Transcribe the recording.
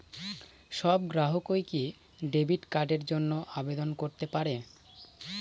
সব গ্রাহকই কি ডেবিট কার্ডের জন্য আবেদন করতে পারে?